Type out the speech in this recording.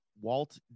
Walt